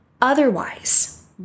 Otherwise